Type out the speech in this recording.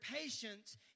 patience